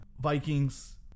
Vikings